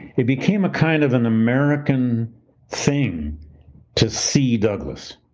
it became a kind of an american thing to see douglass,